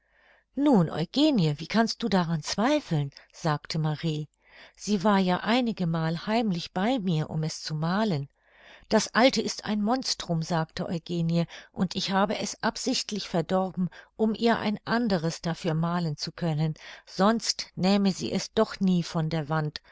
nun eugenie wie kannst du daran zweifeln sagte marie sie war ja einige mal heimlich bei mir um es zu malen das alte ist ein monstrum sagte eugenie und ich habe es absichtlich verdorben um ihr ein anderes dafür malen zu können sonst nähme sie es doch nie von der wand